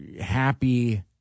happy